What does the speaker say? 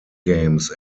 games